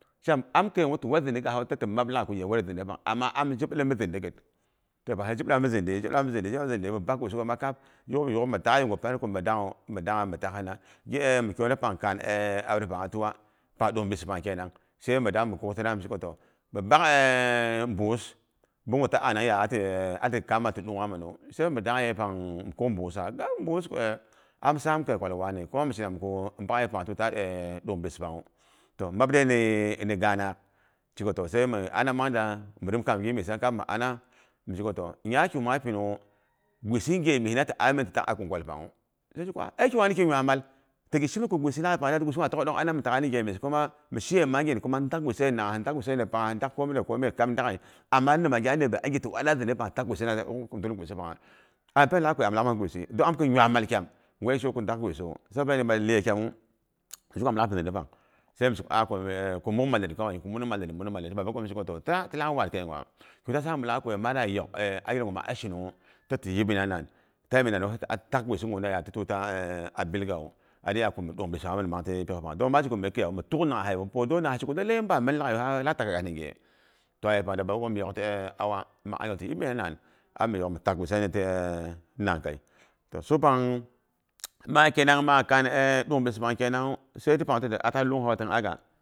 Shin am kam ti keign ti wat zindi keipanghu timap laghai ko ghe ware a zindi yepang, ama am'am zhi bilim mi bak zindighit. Yepang her zhi bilam a mi zindi, zhi bəloma mi zindi. Dami bak gwisi ghoma kab, miyax mi dangha yegu pan ko mi dangnghu. Mi dangha mi takhina. Gi mi kwila ko pang kaan aure, e aure pangha tim pang ɗung mbis pang kenang sai mi dangha dang mi shiko toh mi nebak buus, buu ngu ta anang ya'a ti ɗunghaminu, sai mi dang yepang, mi kura buusa, ga buus am sam kai kwal wani. Kuma mi shun ka mbakye buus pangu ta ɗung bis pangwi am maba du ni gaanak, shiko toh sai mi ana mangda mi kaam giniyesa kab mi ana, mishiko toh, nya kigh maa pinung ha, gwisi nghe mis na ti'a ti tak a kin kwalpangnw he zluka ai kigwani ki ngyai mal. Ta ghishimin ko gwisi lalk yepang mi shiye kuma mishi mang gin, kuma dak gwisiye ni naangha, ndak gwisiye ni pangha, komi da komi ndak'ghe. Amma nama ghe leibei ai toh allak zindi pank abi penu ko dak gwisi, gabo mang pen malit leye kyamu, zhika am lak pi zindi pang. Sai mi shena ka 'a ko mun malyet kawai ko mun malyet, mi sheko toh, ta tilak war keiguwa. kign ta samu lagha ma da yok aiki gu ma'a shinunghu. Dong nang pang shiki ma bi pen mu tuk nanghahe mi punt dong nang pang hi sheko in ba min laghai hi lak tak keiga ni ghe. To daga yepang da baba ghom yok auwa man ai ti yipmina nan, am yok mi tak gwisi pangha ni nangkci. Toh suk pang ma kena kame dung bis pang kenang. Pangu ta lunghawu tin aga.